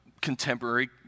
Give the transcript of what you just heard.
contemporary